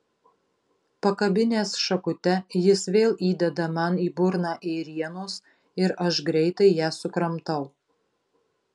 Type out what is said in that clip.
pakabinęs šakute jis vėl įdeda man į burną ėrienos ir aš greitai ją sukramtau